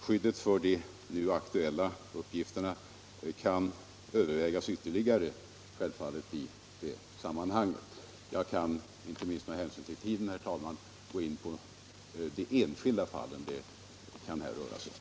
Skyddet för de nu aktuella uppgifterna kan självfallet övervägas ytterligare i det sammanhanget. Inte minst med hänsyn till tiden, herr talman, kan jag inte gå in på de enskilda fall som det här kan röra sig om.